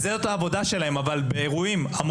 אז בוא ניתן למישהו אחר להיות אחראי.